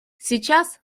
сейчас